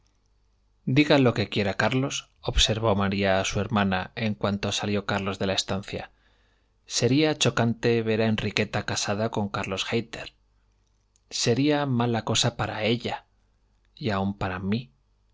diga lo que quiera carlosobservó maría a su hermana en cuanto salió carlos de la estancia sería chocante ver a enriqueta casada con carlos hayter sería mala cosa para ella y aun para mí